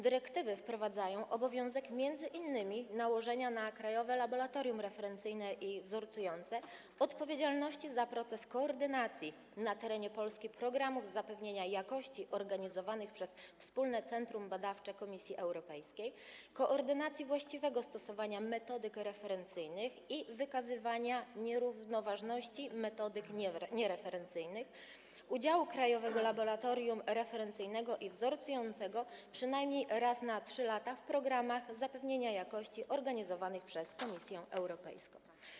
Dyrektywy wprowadzają obowiązek m.in. nałożenia na Krajowe Laboratorium Referencyjne i Wzorcujące: odpowiedzialności za proces koordynacji na terenie Polski programów zapewnienia jakości organizowanych przez Wspólne Centrum Badawcze Komisji Europejskiej, koordynacji właściwego stosowania metodyk referencyjnych i wykazywania równoważności metodyk niereferencyjnych, udziału Krajowego Laboratorium Referencyjnego i Wzorcującego przynajmniej raz na 3 lata w programach zapewnienia jakości organizowanych przez Komisję Europejską.